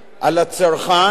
על הצרכן,